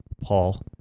Paul